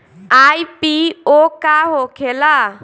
IPO का होखेला?